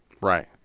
Right